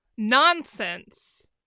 Nonsense